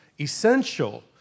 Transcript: essential